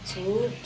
छुट